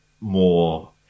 more